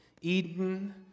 Eden